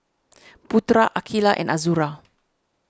Putra Aqilah and Azura